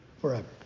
forever